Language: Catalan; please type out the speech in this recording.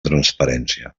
transparència